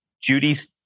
Judy's